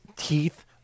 Teeth